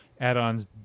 add-ons